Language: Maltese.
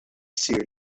ssir